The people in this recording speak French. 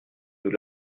nous